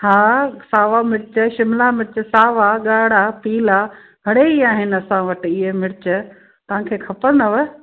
हा सावा मिर्च शिमला मिर्च सावा ॻाढ़ा पीला घणेई आहिन असां वटि इहे मिर्च तव्हां खे खपंदव